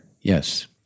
Yes